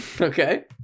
Okay